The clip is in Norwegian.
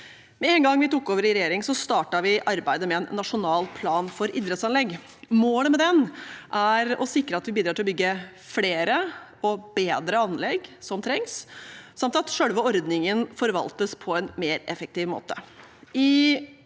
Med en gang vi tok over i regjering, startet vi arbeidet med en nasjonal plan for idrettsanlegg. Målet med den er å sikre at vi bidrar til å bygge flere og bedre anlegg, som trengs, samt at selve ordningen forvaltes på en mer effektiv måte.